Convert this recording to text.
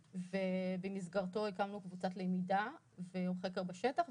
ובמסגרתו הקמנו קבוצת למידה וחקר בשטח,